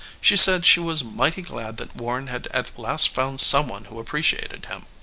she said she was mighty glad that warren had at last found some one who appreciated him.